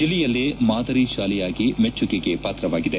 ಜಿಲ್ಲೆಯಲ್ಲೇ ಮಾದರಿ ಶಾಲೆಯಾಗಿ ಮೆಚ್ಚುಗೆಗೆ ಪಾತ್ರವಾಗಿದೆ